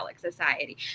society